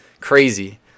crazy